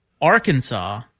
Arkansas